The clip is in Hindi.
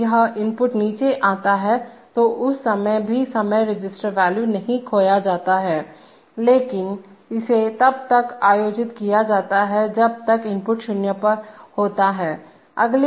जब यह इनपुट नीचे आता है तो इस समय भी समय रजिस्टर वॉल्यू नहीं खोया जाता है लेकिन इसे तब तक आयोजित किया जाता है जब तक इनपुट 0 होता है